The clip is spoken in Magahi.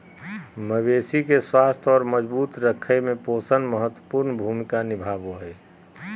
मवेशी के स्वस्थ और मजबूत रखय में पोषण महत्वपूर्ण भूमिका निभाबो हइ